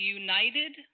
united